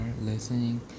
listening